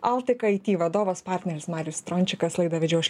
altik aiti vadovas partneris marijus strončikas laidą vedžiau aš